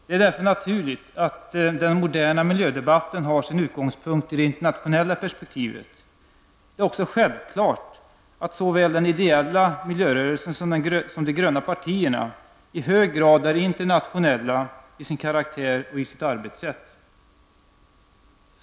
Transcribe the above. Det är därför naturligt att den moderna miljödebatten har sin utgångspunkt i det internationella perspektivet. Det är också självklart att såväl den ideella miljörörelsen som de gröna partierna i hög grad är internationella till sin karaktär och i sitt arbetssätt.